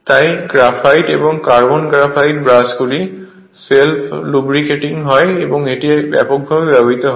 তাই গ্রাফাইট এবং carbon graphite ব্রাশগুলি সেলফ লুব্রিকেটিং হয় এবং এগুলি ব্যাপকভাবে ব্যবহৃত হয়